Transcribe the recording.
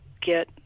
get